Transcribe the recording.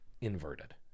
inverted